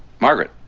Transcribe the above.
margaret